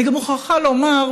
אני גם מוכרחה לומר,